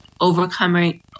overcoming